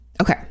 Okay